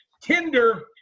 Tinder